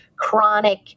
chronic